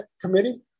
committee